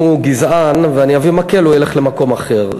אם הוא גזען ואני אביא מקל, הוא ילך למקום אחר.